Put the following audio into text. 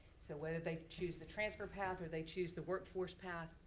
so whether they choose the transfer path or they choose the workforce path,